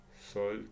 salt